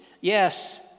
Yes